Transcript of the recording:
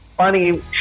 Funny